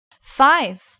Five